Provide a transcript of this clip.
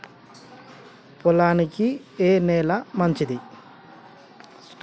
పొలానికి ఏ నేల మంచిది?